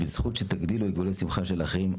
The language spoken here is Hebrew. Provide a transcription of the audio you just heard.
ובזכות שתגדילו עיגולי שמחה של אחרים,